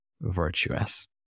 virtuous